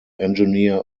engineer